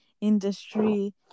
industry